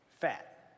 fat